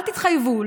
אל תתחייבו,